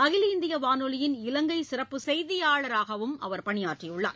அகில இந்திய வானொலியின் இலங்கை சிறப்பு செய்தியாளராகவும் அவர் பணியாற்றியுள்ளார்